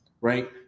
right